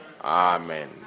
Amen